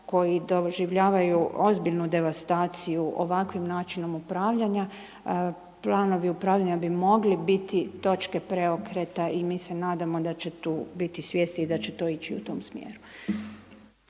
koji doživljavaju ozbiljnu devastaciju ovakvim načinom upravljanja. Planovi upravljanja bi mogli biti točke preokreta i mi se nadamo da će tu biti svijesti i da će to ići u tom smjeru.